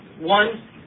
one